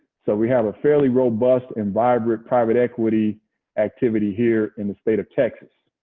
so we have a fairly robust and vibrant private equity activity here in the state of texas.